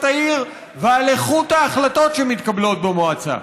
העיר ועל איכות ההחלטות שמתקבלות במועצה.